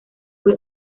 fue